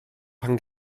pan